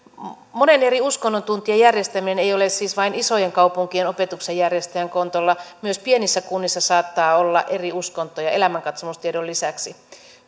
monen eri uskonnon tuntien järjestäminen ei ole siis vain isojen kaupunkien opetuksen järjestäjien kontolla vaan myös pienissä kunnissa saattaa olla eri uskontoja elämänkatsomustiedon lisäksi